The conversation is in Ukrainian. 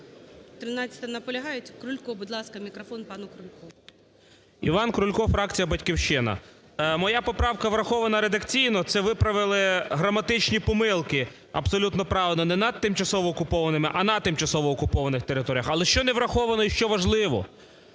Іван Крулько, фракція "Батьківщина". Моя поправка врахована редакційно. Це виправили граматичні помилки абсолютно правильно, "не "над" тимчасово окупованими, а "на" тимчасово окупованих територіях". Але що не враховано, і що важливо?